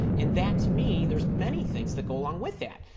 and that to me, there's many things that go along with that.